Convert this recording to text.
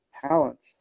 talents